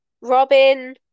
Robin